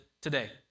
today